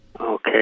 Okay